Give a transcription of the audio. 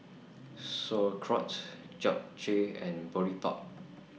Sauerkraut Japchae and Boribap